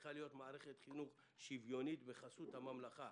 צריכה להיות מערכת חינוך שוויונית בחסות הממלכה.